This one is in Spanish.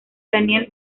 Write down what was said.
daniel